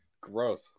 Gross